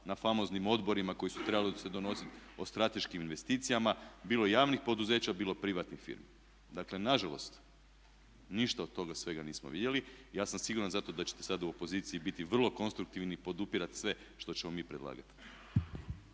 na famoznim odborima koji su trebali se donositi o strateškim investicijama bilo javnih poduzeća, bilo privatnih firmi. Dakle nažalost ništa od svega toga nismo vidjeli. Ja sam siguran zato da ćete sad u opoziciji biti vrlo konstruktivni i podupirati sve što ćemo mi predlagati.